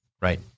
Right